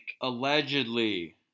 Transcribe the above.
Allegedly